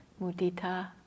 mudita